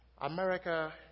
America